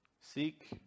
Seek